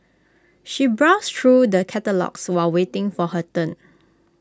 she browsed through the catalogues while waiting for her turn